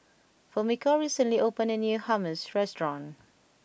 Fumiko recently opened a new Hummus restaurant